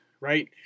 right